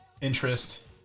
interest